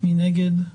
מי נגד?